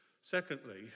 Secondly